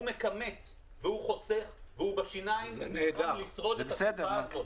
הוא מכמת והוא חוסך והוא בשיניים רוצה לשרוד את התקופה הזאת.